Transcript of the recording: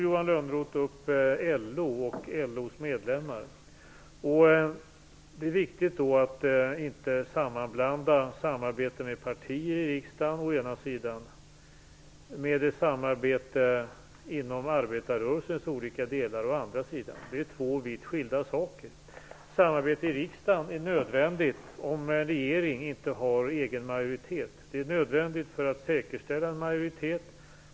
Johan Lönnroth tog upp LO och LO:s medlemmar. Det är viktigt att inte sammanblanda samarbete med partier i riksdagen å ena sidan med samarbete inom arbetarrörelsens olika delar å andra sidan. Det är två vitt skilda saker. Samarbete i riksdagen är nödvändigt, om en regering inte har egen majoritet, för att säkerställa en majoritet.